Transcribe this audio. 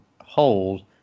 hold